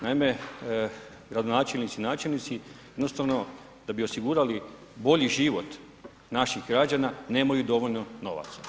Naime, gradonačelnici i načelnici jednostavno da bi osigurali bolji život naših građana nemaju dovoljno novaca.